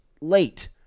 late